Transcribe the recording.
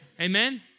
Amen